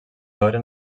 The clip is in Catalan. veure